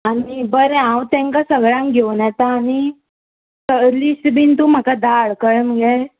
आनी बरें हांव तेंकां सगळ्यांक घेवन येता आनी लिस्ट बीन तूं म्हाका धाड कळ्ळें मगे